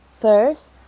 first